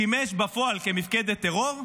שימש בפועל כמפקדת טרור,